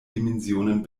dimensionen